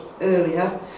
earlier